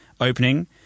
opening